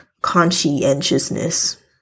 conscientiousness